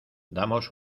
damos